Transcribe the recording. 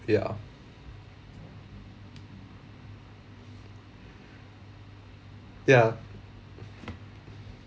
ya ya